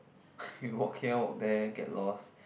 we walk here walk there get lost